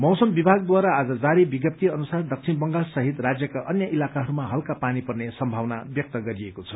मौसम विभागद्वारा आज जारी विज्ञप्तीको अनुसार दक्षिण बंगाल सहित राज्यका अन्य इलाकाहरूमा हल्का पार्नी पर्ने सम्भावना व्यक्त गरिएको छ